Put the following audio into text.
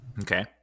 Okay